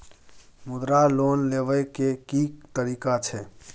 मुद्रा लोन लेबै के की तरीका छै?